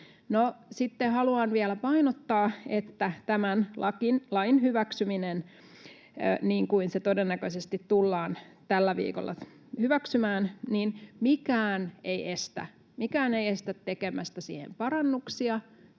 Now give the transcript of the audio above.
haluan vielä painottaa, että tämän lain hyväksymisen jälkeen, niin kuin se todennäköisesti tullaan tällä viikolla hyväksymään, mikään ei estä — mikään ei estä — tekemästä siihen parannuksia